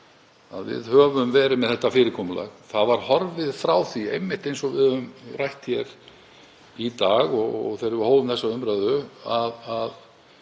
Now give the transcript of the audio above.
Við höfum verið með þetta fyrirkomulag en það var horfið frá því eins og við höfum rætt hér í dag og þegar við hófum þessa umræðu.